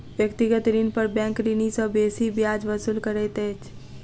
व्यक्तिगत ऋण पर बैंक ऋणी सॅ बेसी ब्याज वसूल करैत अछि